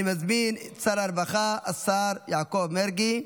אני מזמין את שר הרווחה, השר יעקב מרגי,